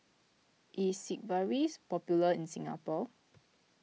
is Sigvaris popular in Singapore